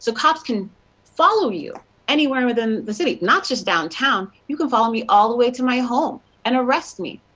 so cops can follow you anywhere in the city, not just downtown. you can follow me all the way to my home and arrest me.